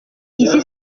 ici